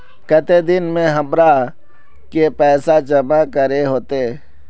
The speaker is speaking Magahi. केते दिन में हमरा के पैसा जमा करे होते?